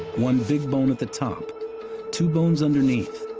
one big bone at the top two bones underneath,